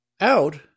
out